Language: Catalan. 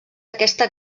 aquesta